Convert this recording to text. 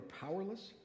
powerless